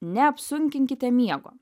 neapsunkinkite miego